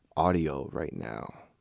audio right now.